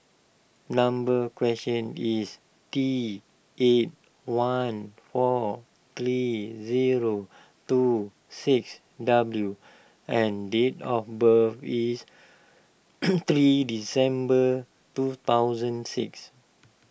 number is T eight one four three zero two six W and date of birth is three December two thousand six